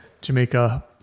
Jamaica